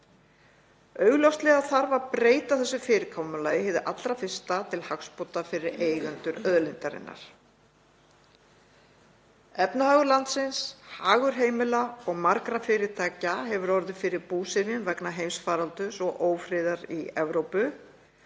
Augljóslega þarf að breyta þessu fyrirkomulagi hið allra fyrsta til hagsbóta fyrir eigendur auðlindarinnar. Efnahagur landsins, hagur heimila og margra fyrirtækja hefur orðið fyrir búsifjum vegna heimsfaraldurs og ófriðar í Evrópu.